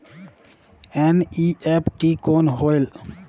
NEFT कौन होएल?